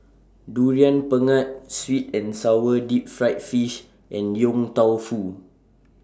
Durian Pengat Sweet and Sour Deep Fried Fish and Yong Tau Foo